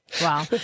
Wow